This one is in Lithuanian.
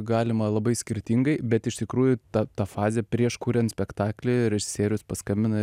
galima labai skirtingai bet iš tikrųjų ta ta fazė prieš kuriant spektaklį režisierius paskambina